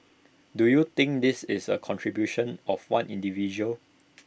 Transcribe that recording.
do you think this is the contribution of one individual